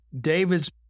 David's